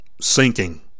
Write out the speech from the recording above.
sinking